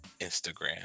Instagram